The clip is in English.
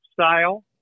style